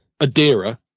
Adira